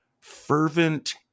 fervent